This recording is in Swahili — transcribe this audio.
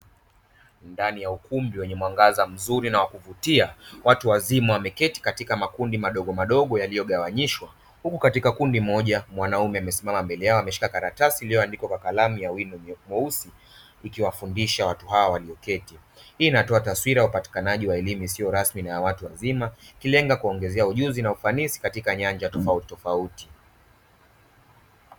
Ndani ya ukumbi wenye mwangaza mzuri na wakuvutia watu wazima wameketi katika makundi madogomadogo yaliyogawanyishwa, huku katika kundi moja mwanaume amesimama mbele yao ameshika karatasi iliyoandikwa kwa kalamu ya wino mweusi akiwafundisha watu hawa waliyoketi. Hii inatoa taswira ya upatikanaji wa elimu isiyo rasmi na ya watu wazima ikilenga kuwaongezea ujuzi na ufanisi katika nyanja tofautitofauti.